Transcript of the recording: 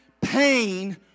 pain